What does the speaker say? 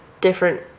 different